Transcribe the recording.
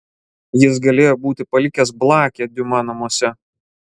jis galėjo būti palikęs blakę diuma namuose